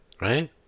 right